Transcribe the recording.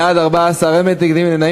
בעד, 14, אין מתנגדים, אין נמנעים.